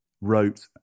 wrote